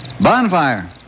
Bonfire